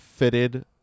Fitted